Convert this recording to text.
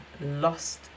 lost